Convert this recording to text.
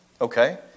Okay